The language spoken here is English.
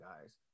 guys